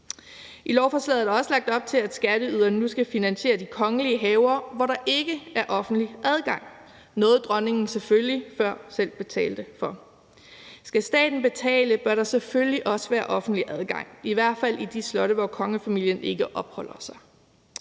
I lovforslaget er der også lagt op til, at skatteyderne nu skal finansiere de kongelige haver, hvor der ikke er offentlig adgang. Det var noget, som dronningen selvfølgelig før selv betalte for. Skal staten betale, bør der selvfølgelig også være offentlig adgang – i hvert fald til de slotte, hvor kongefamilien ikke opholder sig.